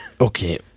Okay